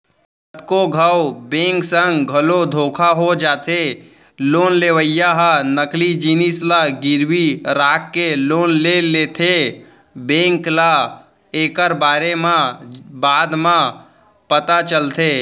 कतको घांव बेंक संग घलो धोखा हो जाथे लोन लेवइया ह नकली जिनिस ल गिरवी राखके लोन ले लेथेए बेंक ल एकर बारे म बाद म पता चलथे